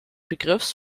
begriffs